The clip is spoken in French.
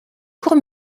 court